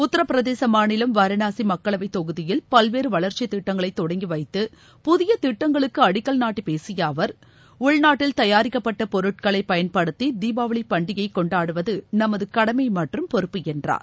உத்திரபிரதேச மாநிலம் வாரணாசி மக்களவை தொகுதியில் பல்வேறு வளர்ச்சித் திட்டங்களை தொடங்கி வைத்து புதிய திட்டங்களுக்கு அடிக்கல் நாட்டி பேசிய அவர் உள்நாட்டில் தயாரிக்கப்பட்ட பொருட்களை பயன்படுத்தி தீபாவளி பண்டிகையை னெண்டாடுவது நமது கடமை மற்றும் பொறப்பு என்றார்